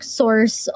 source